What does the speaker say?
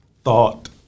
thought